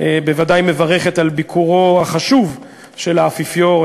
בוודאי מברכת על ביקורו החשוב של האפיפיור,